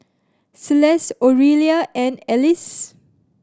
Celeste Orelia and Elyse